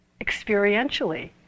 experientially